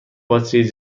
باتری